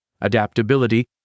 adaptability